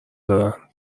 دارن